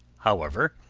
however,